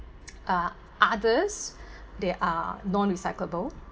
ah others they are non recyclable